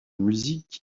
musique